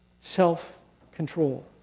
self-control